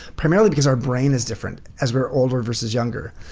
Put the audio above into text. primarily because our brain is different, as we're older versus younger.